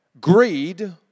greed